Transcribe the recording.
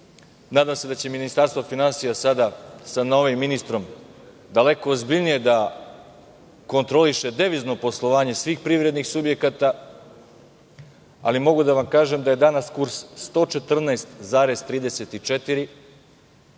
nadam se da će Ministarstvo finansija sada sa novim ministrom daleko ozbiljnije da kontroliše devizno poslovanje svih privrednih subjekata, ali mogu da vam kažem da je danas kurs 114,34,